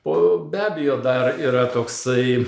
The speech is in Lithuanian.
po be abejo dar yra toksai